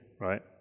Right